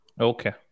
Okay